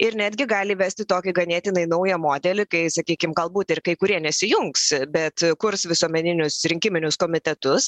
ir netgi gali įvesti tokį ganėtinai naują modelį kai sakykim galbūt ir kai kurie nesijungs bet kurs visuomeninius rinkiminius komitetus